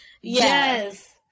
Yes